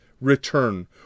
return